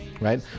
Right